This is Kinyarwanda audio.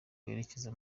werekeza